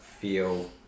feel